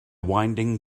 winding